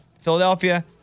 Philadelphia